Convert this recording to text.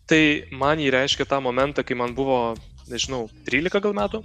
tai man ji reiškia tą momentą kai man buvo nežinau trylika gal metų